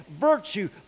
virtue